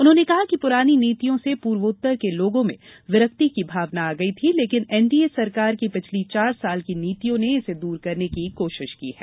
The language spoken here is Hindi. उन्होंने कहा कि पुरानी नीतियों से पूर्वोत्तर के लोगों में विरक्ति की भावना आ गई थी लेकिन एन डी ए सरकार की पिछले चार साल की नीतियों ने इसे दूर करने की कोशिश की है